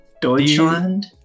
Deutschland